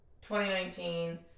2019